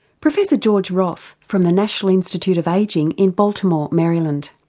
professor george roth from the national institute of aging in baltimore, maryland.